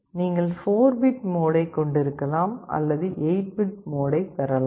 நீங்கள் 4 பிட் மோடைக் கொண்டிருக்கலாம் அல்லது 8 பிட் மோடை பெறலாம்